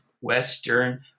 Western